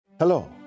Hello